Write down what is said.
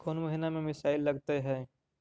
कौन महीना में मिसाइल लगते हैं?